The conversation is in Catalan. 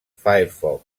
firefox